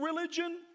religion